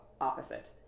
opposite